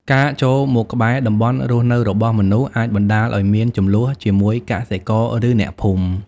ការចូលមកក្បែរតំបន់រស់នៅរបស់មនុស្សអាចបណ្តាលឲ្យមាន ជម្លោះជាមួយកសិករ ឬអ្នកភូមិ។